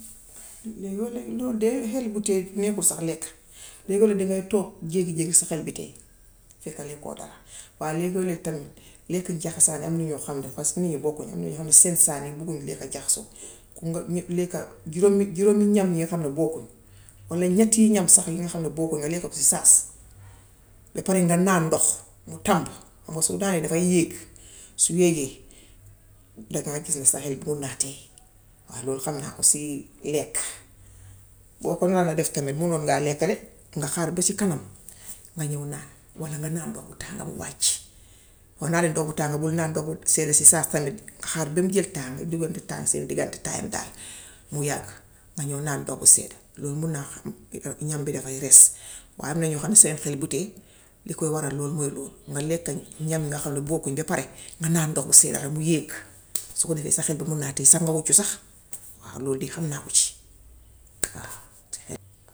loolu de hel bu teey nekkul sax lekk. Loolu dangay toog jekki jekki sa xel bi teey, fekk lekkoo dara. Waaye leego-lee tamit lekk njaxasaan am yoo xam ne, paska nit ñi bokku ñu, am ñoo xam ne seen saag yi bëgguñu lekk jaxasoo. Ku nga nit lekka juróom juróomi ñam yi nga xam ne bokkul walla ñetti ñam yi nga xam ne bokkul nga lekk ko si saas ba pare nga naan ndox mu tàng. Xam nga su naanee dafaa yéeg, su yéegee dangaa gis ni sa xel bugg naa teey. Waaw loolu xam naa ko si lekk. Boo ko naroon a def tamit munoon ngaa lekk de, nga xaar ba ci kanam, nga ñów naan walla nga naan ndox bu tànga mu wàcc. Boo naanee ndox bu tànga, bul naan ndox bu sedda ci saa si tamit. Nga xaar bam jël temps nga duggante temps seen diggante tàngaay, mu yàgg. Ma ñów naan ndox bu sedda. Loolu mun naa xam, ñam bi dafay rees. Waye am na ñoo xam ne seen xel buy teey, li koy waral mooy loolu. Nga lekk ñam yoo xam ne bokkuñ ba pare nga naan ndox bu sedda mu yéeg. Su ko defee sa xel bi mun naa teey, sa ngoroocu sax. Waaw, loolu de xam naa ko ci waaw.